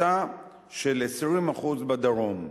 הפחתה של 20% בדרום.